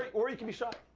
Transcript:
ah or you can be shot.